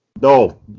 No